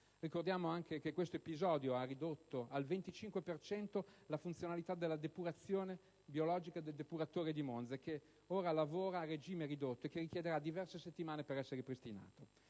Ricordiamo anche che questo episodio ha ridotto al 25 per cento la funzionalità della depurazione biologica del depuratore di Monza, che ora lavora a regime ridotto e che richiederà diverse settimane per essere ripristinato.